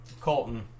Colton